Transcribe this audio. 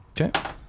okay